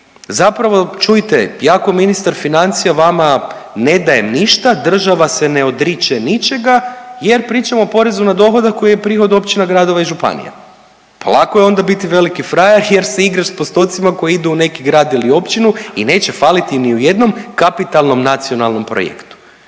zapravo čujte ja ko ministar financija vama ne dajem ništa, država se ne odriče ničega jer pričamo o porezu na dohodak koji je prihod općina, gradova i županija. Pa lako je onda biti veliki frajer jer se igraš s postocima koji idu u neki grad ili općinu i neće faliti ni u jednom kapitalnom nacionalnom projektu.